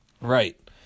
Right